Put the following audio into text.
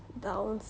bounds